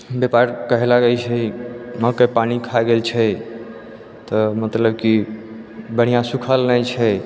व्यापारी कहै लागै छै मकइ पानी खा गेल छै तऽ मतलब की बढ़िआँ सुखल नहि छै